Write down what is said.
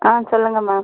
ஆ சொல்லுங்கள் மேம்